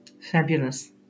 Fabulous